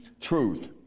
truth